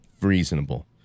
reasonable